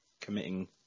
committing